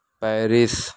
Paris